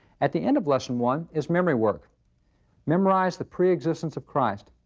at the end of lesson one is memory work memorize the preexistence of christ.